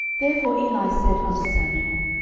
therefore eli said unto samuel,